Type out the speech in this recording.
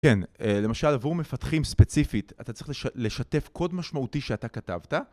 כן, למשל עבור מפתחים ספציפית, אתה צריך לשתף קוד משמעותי שאתה כתבת.